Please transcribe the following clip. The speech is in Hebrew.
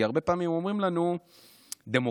כי הרבה פעמים אומרים לנו: דמוקרטיה,